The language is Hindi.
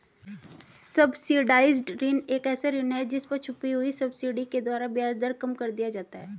सब्सिडाइज्ड ऋण एक ऐसा ऋण है जिस पर छुपी हुई सब्सिडी के द्वारा ब्याज दर कम कर दिया जाता है